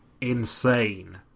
insane